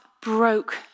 broke